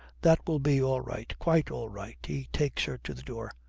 that will be all right, quite all right he takes her to the door.